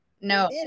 No